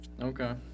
Okay